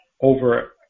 over